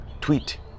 tweet